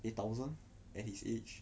eight thousand at his age